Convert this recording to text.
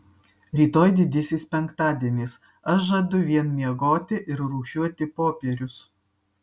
rytoj didysis penktadienis aš žadu vien miegoti ir rūšiuoti popierius